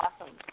awesome